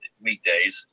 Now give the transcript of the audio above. weekdays